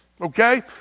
okay